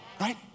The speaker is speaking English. Right